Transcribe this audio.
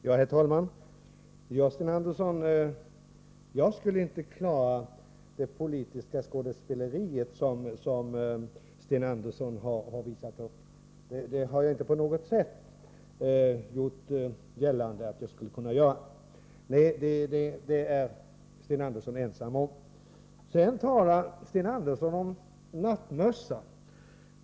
Herr talman! Jag skulle inte klara det politiska skådespeleri som Sten Andersson har visat upp. Det har jag inte på något sätt gjort gällande att jag skulle kunna göra. Nej, det är Sten Andersson ensam om. Sten Andersson talar om nattmössa.